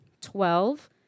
twelve